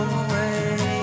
away